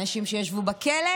אנשים שהורשעו, אנשים שישבו בכלא.